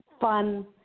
fun